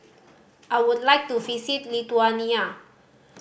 I would like to visit Lithuania